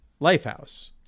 Lifehouse